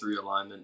realignment